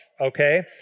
okay